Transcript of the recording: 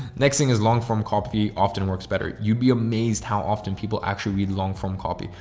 next thing is long form copy often works better. you'd be amazed how often people actually read long form copy.